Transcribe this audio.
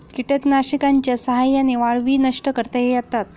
कीटकनाशकांच्या साह्याने वाळवी नष्ट करता येतात